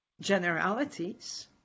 generalities